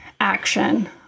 action